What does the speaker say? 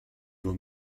vaut